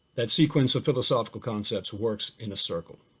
that sequence of philosophical concepts works in a circle.